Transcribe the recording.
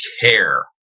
care